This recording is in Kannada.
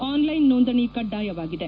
ಆನ್ಲೈನ್ ನೋಂದಣಿ ಕಡ್ಡಾಯವಾಗಿದೆ